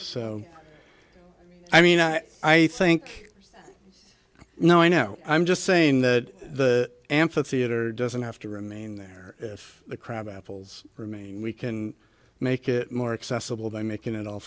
so i mean i think now i know i'm just saying that the amphitheatre doesn't have to remain there if the crab apples remain we can make it more accessible by making it all